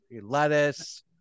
lettuce